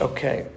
Okay